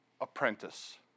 apprentice